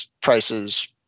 prices